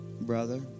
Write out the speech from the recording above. Brother